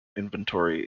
inventory